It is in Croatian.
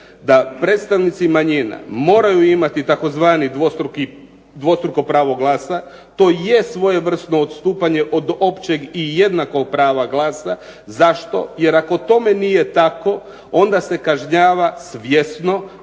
da predstavnici manjina moraju imati tzv. dvostruko pravo glasa. To je svojevrsno odstupanje od općeg i jednakog prava glasa. Zašto? Jer ako tome nije tako onda se kažnjava svjesno